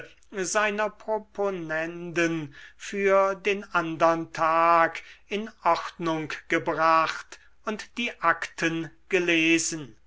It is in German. seiner proponenden für den andern tag in ordnung gebracht und die akten gelesen